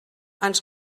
ens